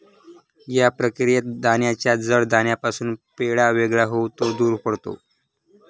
या प्रक्रियेत दाण्याच्या जड दाण्यापासून पेंढा वेगळा होऊन तो दूर पडतो